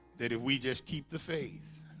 that if we just keep the faith